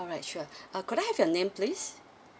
alright sure uh could I have your name please